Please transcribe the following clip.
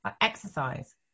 Exercise